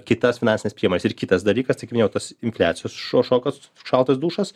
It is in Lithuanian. kitas finansines priemones ir kitas dalykas tai kaip minėjau tas infliacijos šo šokas šaltas dušas